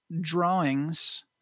drawings